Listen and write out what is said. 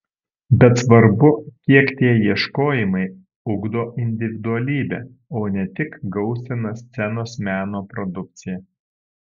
bet svarbu kiek tie ieškojimai ugdo individualybę o ne tik gausina scenos meno produkciją